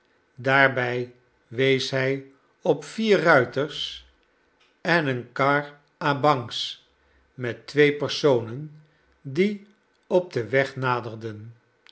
daarbij wees bij op vier ruiters en een char à bancs met twee personen die op den weg naderden